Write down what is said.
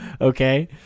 Okay